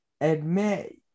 Admit